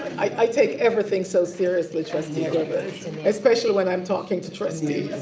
i take everything so seriously trustee gribetz and especially when i'm talking to trustees.